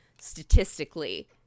statistically